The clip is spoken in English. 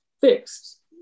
fixed